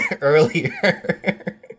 earlier